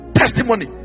testimony